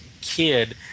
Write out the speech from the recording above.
kid